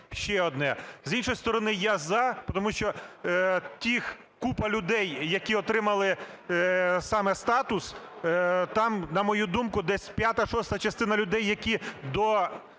ще одне? З іншого сторони, я "за", тому що купа тих людей, які отримали саме статус, там, на мою думку, десь п'ята-шоста частина людей, які до